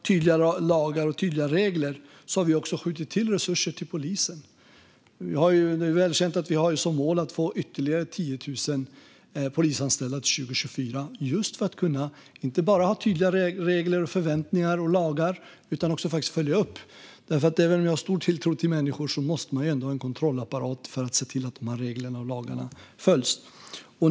Vi har också skjutit till resurser till polisen. Det är välkänt att vi har som mål att få ytterligare 10 000 polisanställda till 2024, just för att inte bara ha tydliga regler, förväntningar och lagar utan för att också kunna följa upp. Även om jag har stor tilltro till människor måste vi ha en kontrollapparat för att se till att lagar och regler följs.